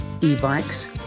E-bikes